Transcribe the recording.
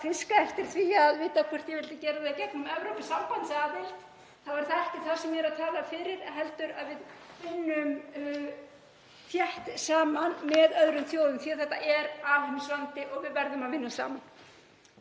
eftir því að vita hvort ég vildi gera það í gegnum Evrópusambandsaðild þá er það ekki það sem ég er að tala fyrir heldur að við vinnum þétt saman með öðrum þjóðum því að þetta er alheimsvandi og við verðum að vinna saman.